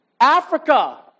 Africa